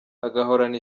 agahorana